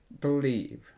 believe